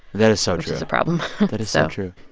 that is so is a problem that is so true.